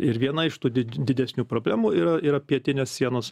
ir viena iš tų didesnių problemų ir yra pietinės sienos